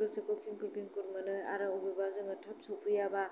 गोसोखौ खिंखुर खिंखुर मोनो आरो बबेयावबा जोङो थाब सफैयाबा